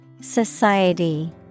Society